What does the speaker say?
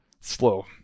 slow